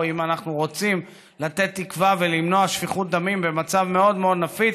או אם אנחנו רוצים לתת תקווה ולמנוע שפיכות דמים במצב מאוד מאוד נפיץ,